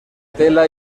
tela